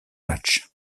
match